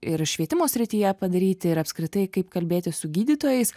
ir švietimo srityje padaryti ir apskritai kaip kalbėtis su gydytojais